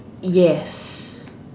yes